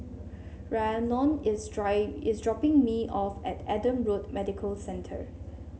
Rhiannon is dry is dropping me off at Adam Road Medical Centre